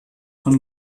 von